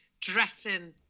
dressing